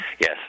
yes